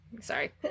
Sorry